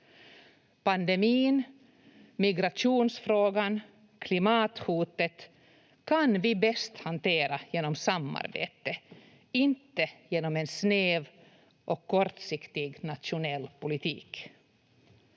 Pandemin, migrationsfrågan, klimathotet kan vi bäst hantera genom samarbete, inte genom en snäv och kortsiktig nationell politik.